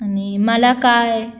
आनी मल्याकाय